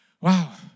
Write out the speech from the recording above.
Wow